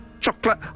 chocolate